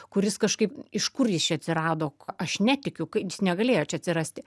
kuris kažkaip iš kur jis čia atsirado aš netikiu kad jis negalėjo čia atsirasti